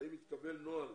האם התקבל נוהל